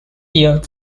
year